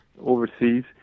overseas